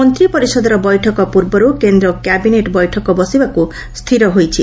ମନ୍ତ୍ରୀ ପରିଷଦର ବୈଠକ ପୂର୍ବରୁ କେନ୍ଦ୍ର କ୍ୟାବିନେଟ୍ ବେିଠକ ବସିବାକୁ ସ୍ଥିର ହୋଇଛି